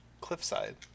cliffside